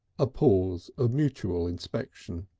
ah pause of mutual inspection.